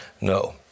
no